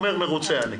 הוא אומר: מרוצה אני.